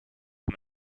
him